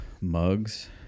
mugs